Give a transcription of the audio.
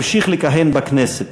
המשיך לכהן בכנסת.